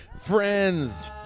Friends